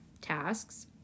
tasks